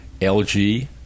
LG